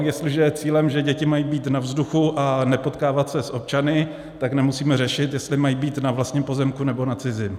Jestliže je cílem, že děti mají být na vzduchu a nepotkávat se s občany, tak nemusíme řešit, jestli mají být na vlastním pozemku, nebo na cizím.